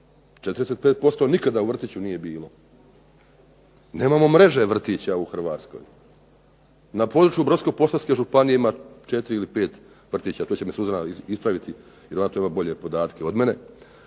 45% nikada u vrtiću nije bilo. Nemamo mreže vrtića u Hrvatskoj. Na području Brodsko-posavske županije ima četiri ili pet vrtića, tu će me Suzana ispraviti jer ona tu ima bolje podatke od mene.